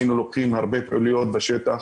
היינו עושים הרבה פעילויות בשטח,